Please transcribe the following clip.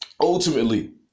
ultimately